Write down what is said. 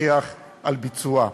ותפקח על ביצועה,